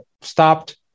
stopped